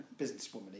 Businesswoman